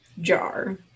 jar